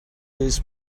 his